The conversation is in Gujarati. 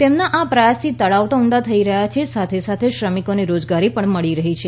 તેમના આ પ્રયાસથી તળાવ તો ઊંડા થઇ રહ્યા છે સાથે સાથે શ્રમિકોને રોજગારી પણ મળી છે